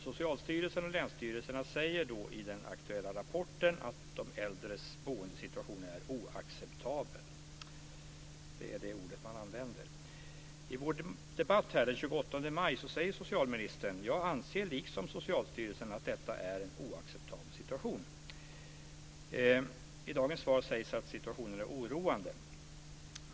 Socialstyrelsen och länsstyrelserna säger i den aktuella rapporten att de äldres boendesituation är oacceptabel - det är det ord som man använder. I vår debatt här den 28 maj sade socialministern: Jag anser, liksom Socialstyrelsen, att detta är en oacceptabel situation. I dagens svar sägs att situationen är oroande.